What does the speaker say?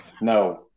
No